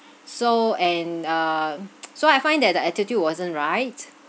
so and uh so I find that the attitude wasn't right